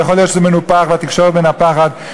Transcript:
יכול להיות שזה מנופח והתקשורת מנפחת,